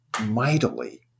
mightily